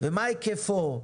מה היקפו,